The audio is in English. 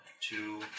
two